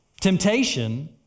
Temptation